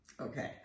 Okay